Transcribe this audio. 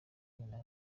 nyina